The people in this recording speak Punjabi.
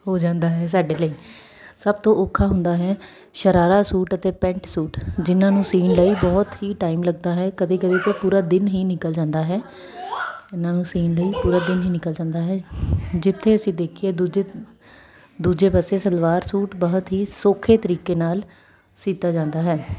ਹੋ ਜਾਂਦਾ ਹੈ ਸਾਡੇ ਲਈ ਸਭ ਤੋਂ ਔਖਾ ਹੁੰਦਾ ਹੈ ਸ਼ਰਾਰਾ ਸੂਟ ਅਤੇ ਪੈਂਟ ਸੂਟ ਜਿਨ੍ਹਾਂ ਨੂੰ ਸੀਣ ਲਈ ਬਹੁਤ ਹੀ ਟਾਈਮ ਲੱਗਦਾ ਹੈ ਕਦੇ ਕਦੇ ਤਾਂ ਪੂਰਾ ਦਿਨ ਹੀ ਨਿਕਲ ਜਾਂਦਾ ਹੈ ਇਹਨਾਂ ਨੂੰ ਸੀਣ ਲਈ ਪੂਰਾ ਦਿਨ ਹੀ ਨਿਕਲ ਜਾਂਦਾ ਹੈ ਜਿੱਥੇ ਅਸੀਂ ਦੇਖੀਏ ਦੂਜੇ ਦੂਜੇ ਪਾਸੇ ਸਲਵਾਰ ਸੂਟ ਬਹੁਤ ਹੀ ਸੌਖੇ ਤਰੀਕੇ ਨਾਲ ਸੀਤਾ ਜਾਂਦਾ ਹੈ